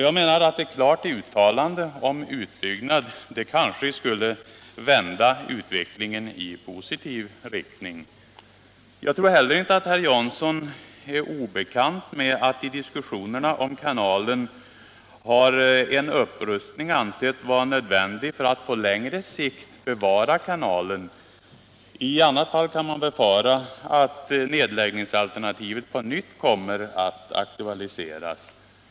Jag menar att ett klart uttalande om en utbyggnad kanske skulle vända utvecklingen i positiv riktning. Jag tror inte heller herr Jansson är obekant med att i diskussionerna om kanalen har en upprustning ansetts vara nödvändig för att på längre sikt bevara kanalen. I annat fall kan man befara att nedläggningsalternativet på nytt kommer att aktualiseras.